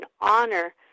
honor